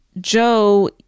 Joe